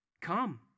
Come